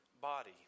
body